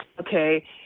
okay